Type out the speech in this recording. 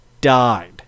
died